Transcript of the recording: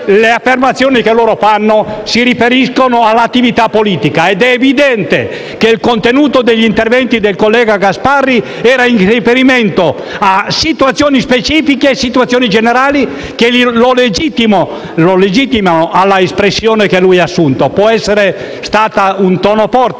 le affermazioni che questi fanno si riferiscono all'attività politica ed è evidente che il contenuto degli interventi del collega Gasparri era in riferimento a situazioni specifiche e a situazioni generali che lo legittimano alle espressioni che lui ha formulato. Può aver usato un tono forte,